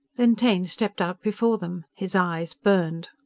then taine stepped out before them. his eyes burned.